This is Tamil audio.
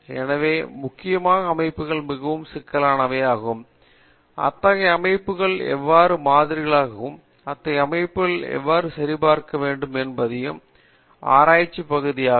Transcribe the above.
எனவே முக்கியமாக அமைப்புகள் மிகவும் சிக்கலானவையாகவும் அத்தகைய அமைப்புகளை எவ்வாறு மாதிரியாகவும் அத்தகைய அமைப்புகளை எவ்வாறு சரிபார்க்க வேண்டும் என்பதையும் ஆராய்ச்சி பகுதியாகும்